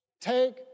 Take